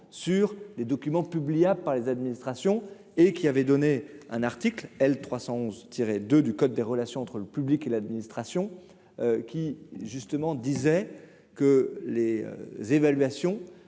sur les documents publiés par les administrations et qui avait donné un article L 311 de du code des relations entre le public et l'administration qui justement disait que les évaluations